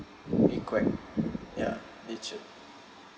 maybe quack ya they chirp